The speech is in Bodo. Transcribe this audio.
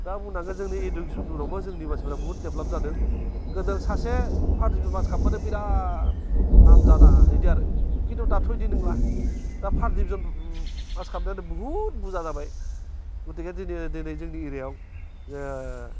दा बुंनांगोन जोंनि इडुकेसन उनावबो जोंनि मानसिफ्रा बुहुथ डेभेलप जादों गोदो सासे बेराथ नाम जादा एदि आरो खिन्थु दाथ' एदि नोंला दा फार्स डिभिसन फास खालामनायानो बुहुथ बुजा जाबाय गथिखे दिनै दोनै जोंनि एरियायाव